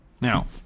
Now